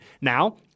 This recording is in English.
Now